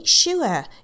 sure